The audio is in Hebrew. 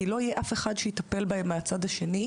כי לא יהיה אף אחד שיטפל בהם מהצד השני,